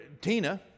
Tina